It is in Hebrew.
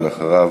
אחריו